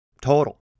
total